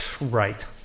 right